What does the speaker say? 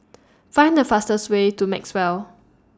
Find The fastest Way to Maxwell